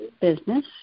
business